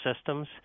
systems